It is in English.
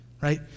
right